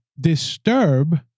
disturb